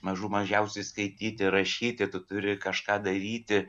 mažų mažiausiai skaityti rašyti tu turi kažką daryti